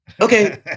okay